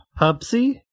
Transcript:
Pupsy